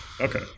Okay